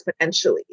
exponentially